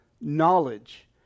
Knowledge